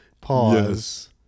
pause